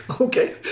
Okay